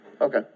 Okay